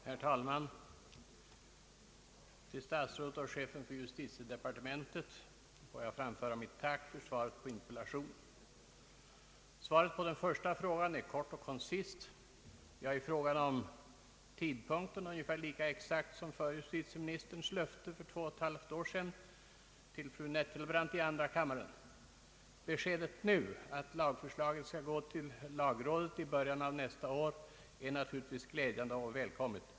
Herr talman! Till statsrådet och chefen för justitiedepartementet får jag framföra mitt tack för svaret på interpellationen. Svaret på den första frågan är kort och koncist, ja, i fråga om tidpunkten ungefär lika exakt som förre justitieministerns löfte för två och ett halvt år sedan till fru Nettelbrandt i andra kammaren. Beskedet nu, att förslaget skall gå till lagrådet i början av nästa år, är naturligtvis glädjande och välkommet.